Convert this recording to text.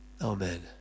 Amen